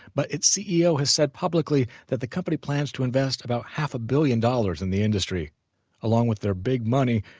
but its ceo has said publicly that the company plans to invest about half a billion dollars in the industry along with their big money,